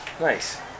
nice